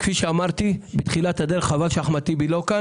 כפי שאמרתי בתחילת הדרך וחבל שאחמד טיבי לא כאן